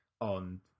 on